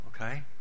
okay